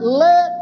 let